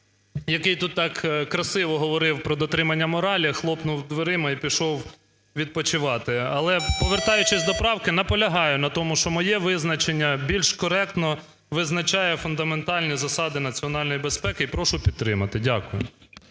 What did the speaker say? який тут так красиво говорив про дотримання моралі, хлопнув дверима і пішов відпочивати. Але повертаючись до правки, наполягаю на тому, що моє визначення більш коректно визначає фундаментальні засади національної безпеки. І прошу підтримати. Дякую.